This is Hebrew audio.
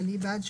לעניין זה,